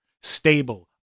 stable